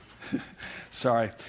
Sorry